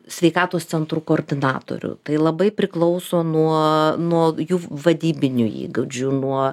sveikatos centrų koordinatorių tai labai priklauso nuo nuo jų vadybinių įgūdžių nuo